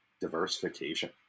diversification